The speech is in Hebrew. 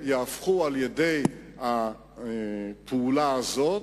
על-ידי הפעולה הזאת,